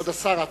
כבוד השר,